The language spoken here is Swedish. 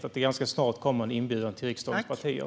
Kommer det ganska snart en inbjudan till riksdagens partier?